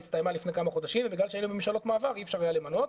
הסתיימה לפני כמה חודשים ובגלל שהיינו בממשלות מעבר אי אפשר היה למנות,